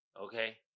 Okay